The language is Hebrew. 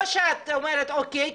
או שאת אומרת אוקיי,